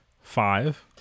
Five